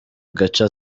gace